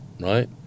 right